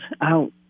out